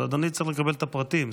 אבל אדוני צריך לקבל את הפרטים.